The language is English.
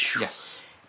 Yes